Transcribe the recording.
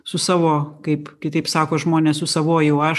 su savo kaip kitaip sako žmonės su savuoju aš